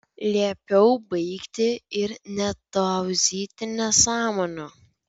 liepiau baigti ir netauzyti nesąmonių